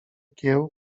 kieł